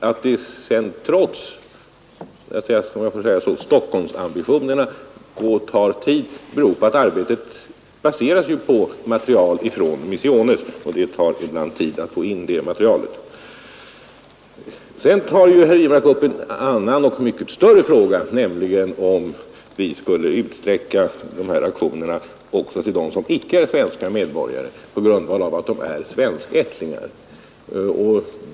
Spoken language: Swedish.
Att det sedan trots ambitionerna i Stockholm dröjer beror på att undersökningen måste baseras på material från Misiones, och det tar ibland lång tid att få in det materialet. Sedan tog herr Wirmark upp en annan och större fråga, nämligen om vi skulle utsträcka stödet också till svenskättlingar som icke är svenska medborgare.